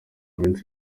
minsi